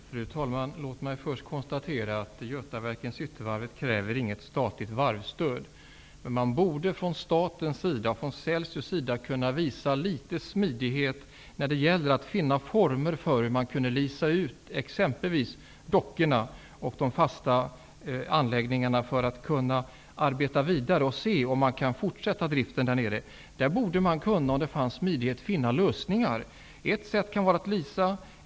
Fru talman! Låt mig först konstatera att Götaverken-Cityvarvet inte kräver något statligt varvsstöd. Man borde från statens sida, från Celsius sida, kunna visa litet smidighet när det gäller att finna former för hur man skulle kunna ''leasa ut'' exempelvis dockorna och de fasta anläggningarna för att kunna arbeta vidare och se om man kan fortsätta driften där nere. Det borde man kunna om det fanns smidighet för att finna lösningar. Ett sätt kan vara att ''leasa''.